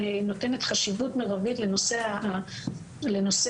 נותנת חשיבות מירבית לנושא